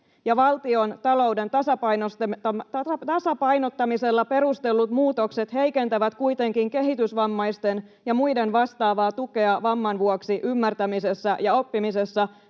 ja valtiontalouden tasapainottamisella perustellut muutokset heikentävät kuitenkin kehitysvammaisten ja muiden vastaavaa tukea vamman vuoksi ymmärtämisessä ja oppimisessa